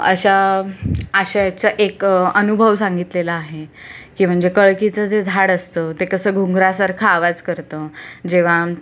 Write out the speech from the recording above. अशा आशयाचं एक अनुभव सांगितलेला आहे की म्हणजे कळकीचं जे झाड असतं ते कसं घुंगरासारखं आवाज करतं जेव्हा